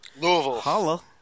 Louisville